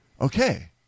Okay